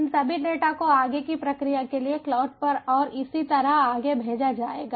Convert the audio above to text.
इन सभी डेटा को आगे की प्रक्रिया के लिए क्लाउड पर और इसी तरह आगे भेजा जाएगा